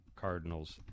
Cardinals